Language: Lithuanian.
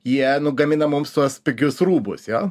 jie gamina mums tuos pigius rūbus jo